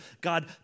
God